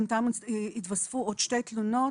בינתיים התווספו עוד שתי תלונות